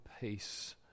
peace